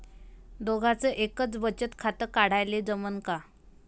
दोघाच एकच बचत खातं काढाले जमनं का?